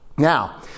Now